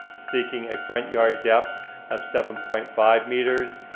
seeking a front yard depth of seven point five meters.